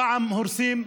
פעם הורסים,